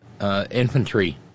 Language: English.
infantry